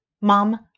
Mom